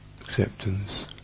acceptance